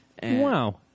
Wow